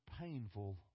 painful